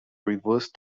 reversed